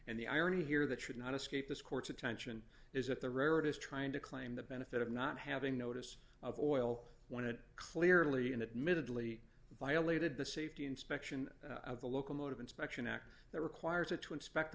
and the irony here that should not escape this court's attention is that the rare it is trying to claim the benefit of not having notice of oil when it clearly and admittedly violated the safety inspection of the locomotive inspection act that requires it to inspect